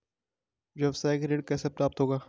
व्यावसायिक ऋण कैसे प्राप्त होगा?